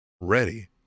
ready